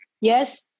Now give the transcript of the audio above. Yes